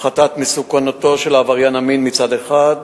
הפחתת מסוכנותו של עבריין מין מצד אחד,